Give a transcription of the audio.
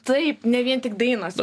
taip ne vien tik dainos